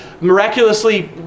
miraculously